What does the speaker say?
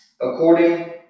according